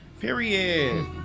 Period